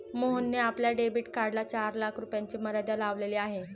मोहनने आपल्या डेबिट कार्डला चार लाख रुपयांची मर्यादा लावलेली आहे